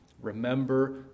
Remember